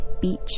beach